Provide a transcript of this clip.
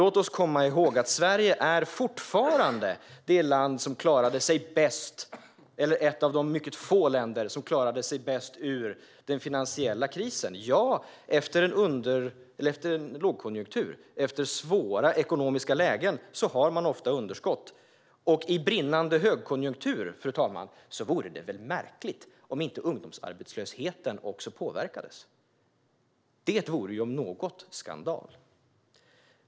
Låt oss komma ihåg att Sverige fortfarande är ett av de mycket få länder som klarade sig bäst ur den finansiella krisen, ja, efter en lågkonjunktur, efter svåra ekonomiska lägen har man ofta underskott. I brinnande högkonjunktur, fru talman, vore det väl märkligt om inte också ungdomsarbetslösheten påverkades. Det, om något, vore ju skandal.